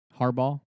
Harbaugh